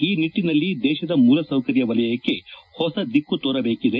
ಈ ನಿಟ್ಟನಲ್ಲಿ ದೇಶದ ಮೂಲ ಸೌಕರ್ಯ ವಲಯಕ್ಕೆ ಹೊಸ ದಿಕ್ಕು ತೋರಬೇಕಿದೆ